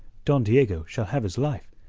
don diego shall have his life,